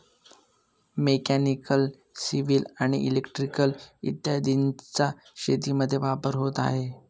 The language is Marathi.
मेकॅनिकल, सिव्हिल आणि इलेक्ट्रिकल इत्यादींचा शेतीमध्ये वापर होत आहे